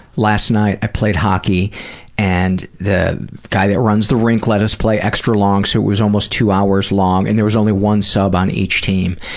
last night. i played hockey and the guy that runs the rink let us play extra long, so it was almost two hours long, and there was only one sub on each team.